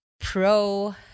Pro